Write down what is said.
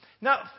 now